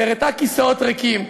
והראתה כיסאות ריקים.